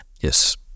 Yes